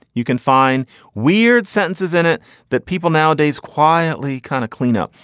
you can find weird sentences in it that people nowadays quietly kind of clean up.